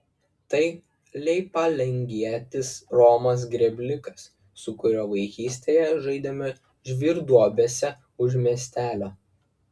tai leipalingietis romas grėblikas su kuriuo vaikystėje žaidėme žvyrduobėse už miestelio